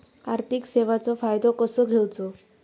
आर्थिक सेवाचो फायदो कसो घेवचो?